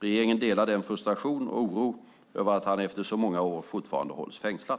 Regeringen delar den djupa frustration och oron över att han efter så många år fortfarande hålls fängslad.